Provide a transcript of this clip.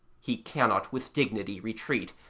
he cannot with dignity retreat,